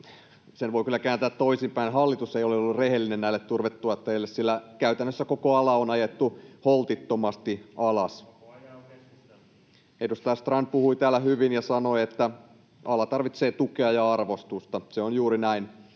Sen voi kyllä kääntää toisinpäin. Hallitus ei ole ollut rehellinen näille turvetuottajille, sillä käytännössä koko ala on ajettu holtittomasti alas. [Mikko Savola: Koko ajan on keskusteltu!] Edustaja Strand puhui täällä hyvin ja sanoi, että ala tarvitsee tukea ja arvostusta. Se on juuri näin,